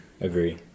Agree